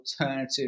alternative